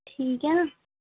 ठीक ऐ